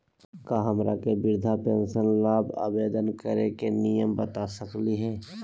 का हमरा के वृद्धा पेंसन ल आवेदन करे के नियम बता सकली हई?